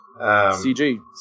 CG